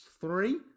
three